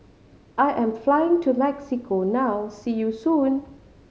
I am flying to Mexico now see you soon